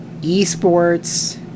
eSports